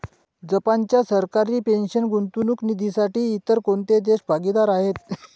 जपानच्या सरकारी पेन्शन गुंतवणूक निधीसाठी इतर कोणते देश भागीदार आहेत?